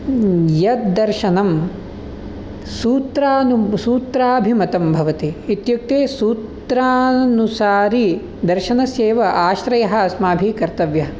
यद् दर्शनं सूत्रानु सूत्राभिमतं भवति इत्युक्ते सूत्रानुसारी दर्शनस्यैव आश्रयः अस्माभिः कर्तव्यः